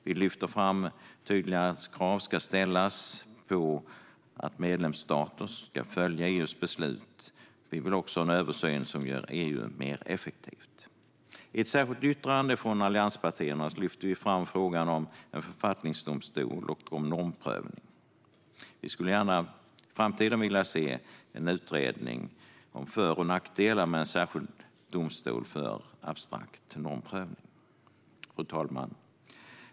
Vi lyfter fram att tydligare krav ska ställas på att medlemsstater ska följa EU:s beslut. Vi vill också ha en översyn som gör EU mer effektiv. I ett särskilt yttrande från allianspartierna lyfter vi fram frågan om en författningsdomstol och normprövning. Vi skulle gärna i framtiden vilja se en utredning om för och nackdelar med en särskild domstol för abstrakt normprövning. Fru talman!